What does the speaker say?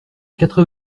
quatre